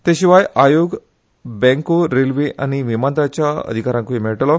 ते शिवाय आयोग बँको रेल्वे आनी विमानतळाच्या अधिकाऱ्यांक्य मेळटलो